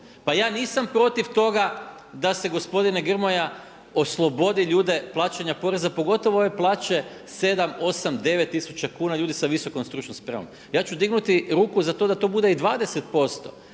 Pa ja nisam protiv toga da se, gospodine Grmoja, oslobodi ljude plaćanja poreza, pogotovo ove plaće 7, 8, 9 tisuća kuna ljudi sa visokom stručnom spremom. Ja ću dignuti ruku za to da to bude i 20%